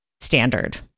standard